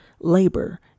labor